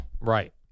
Right